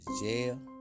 jail